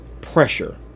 pressure